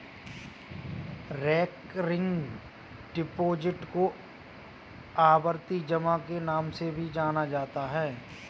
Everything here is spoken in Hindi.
रेकरिंग डिपॉजिट को आवर्ती जमा के नाम से भी जाना जाता है